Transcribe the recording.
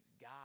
God